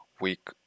week